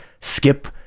skip